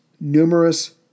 numerous